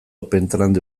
opentrad